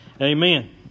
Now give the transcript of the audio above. Amen